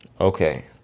Okay